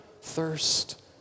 thirst